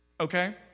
Okay